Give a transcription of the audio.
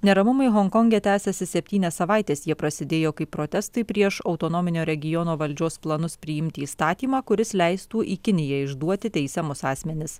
neramumai honkonge tęsiasi septynias savaites jie prasidėjo kaip protestai prieš autonominio regiono valdžios planus priimti įstatymą kuris leistų į kiniją išduoti teisiamus asmenis